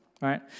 right